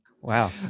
Wow